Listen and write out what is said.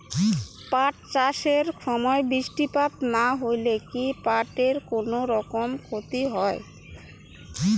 পাট চাষ এর সময় বৃষ্টিপাত না হইলে কি পাট এর কুনোরকম ক্ষতি হয়?